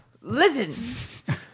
Listen